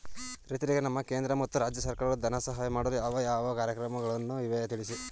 ರೈತರಿಗೆ ನಮ್ಮ ಕೇಂದ್ರ ಮತ್ತು ರಾಜ್ಯ ಸರ್ಕಾರಗಳು ಧನ ಸಹಾಯ ಮಾಡಲು ಯಾವ ಯಾವ ಕಾರ್ಯಕ್ರಮಗಳು ಇವೆ ತಿಳಿಸಿ?